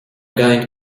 going